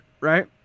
right